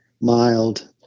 mild